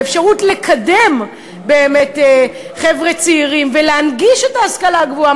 ואפשרות לקדם חבר'ה צעירים ולהנגיש את ההשכלה הגבוהה,